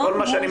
אני